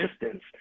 distance